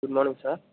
good morning sir